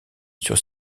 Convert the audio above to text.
sur